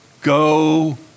go